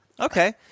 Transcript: Okay